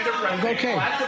Okay